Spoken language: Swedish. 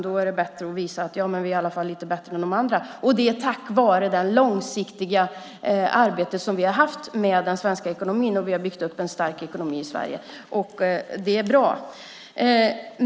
Då är det bättre att visa att vi i alla fall är lite bättre än de andra. Och det är tack vare det långsiktiga arbete som vi har gjort med den svenska ekonomin, och vi har byggt upp en stark ekonomi i Sverige. Det är bra.